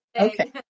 Okay